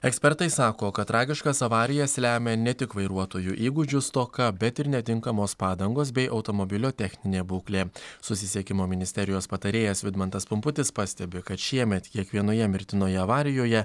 ekspertai sako kad tragiškas avarijas lemia ne tik vairuotojų įgūdžių stoka bet ir netinkamos padangos bei automobilio techninė būklė susisiekimo ministerijos patarėjas vidmantas pumputis pastebi kad šiemet kiekvienoje mirtinoje avarijoje